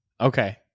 Okay